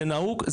זה נהוג,